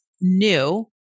new